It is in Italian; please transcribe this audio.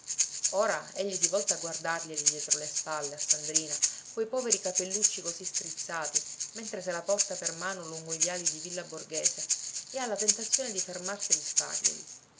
ora egli si volta a guardarglieli dietro le spalle a sandrina quei poveri capellucci così strizzati mentre se la porta per mano lungo i viali di villa borghese e ha la tentazione di fermarsi